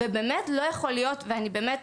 באמת לא יכול להיות, ואני באמת